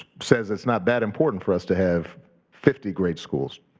says it's not that important for us to have fifty great schools.